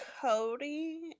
cody